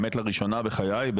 לראשונה בחיי,